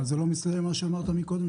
אבל זה לא מסתדר עם מה שאמרת מקודם,